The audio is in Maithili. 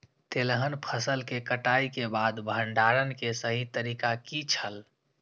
तेलहन फसल के कटाई के बाद भंडारण के सही तरीका की छल?